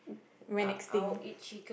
went extinct